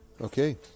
Okay